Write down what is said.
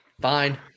Fine